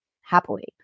happily